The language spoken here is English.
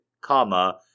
comma